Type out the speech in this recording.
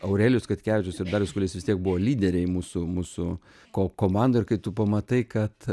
aurelijus katkevičius ir darius kuolys vis tiek buvo lyderiai mūsų mūsų ko komandoj ir kai tu pamatai kad